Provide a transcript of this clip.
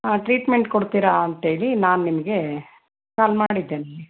treatment ಕೊಡ್ತೀರಾ ಅಂತೇಳಿ ನಾನು ನಿಮಗೆ ಫೋನ್ ಮಾಡಿದ್ದೇನೆ